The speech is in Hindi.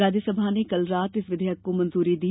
राज्य सभा ने कल रात इस विधेयक को मंजूरी दी